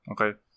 Okay